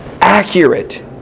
accurate